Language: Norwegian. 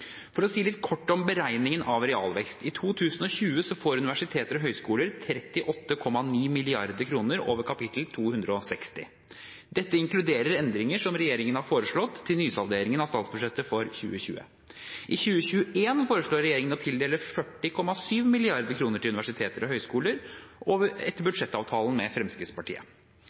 For å si litt kort om beregningen av realvekst: I 2020 får universiteter og høyskoler 38,9 mrd. kr over kapittel 260. Dette inkluderer endringer som regjeringen har foreslått til nysalderingen av statsbudsjettet for 2020. I 2021 foreslår regjeringen å tildele 40,7 mrd. kr til universiteter og høyskoler etter budsjettavtalen med Fremskrittspartiet.